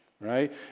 Right